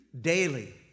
daily